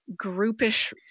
groupish